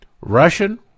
russian